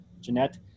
Jeanette